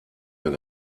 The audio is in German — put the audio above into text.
mehr